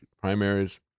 primaries